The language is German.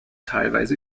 teilweise